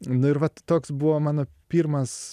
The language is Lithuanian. nu ir vat toks buvo mano pirmas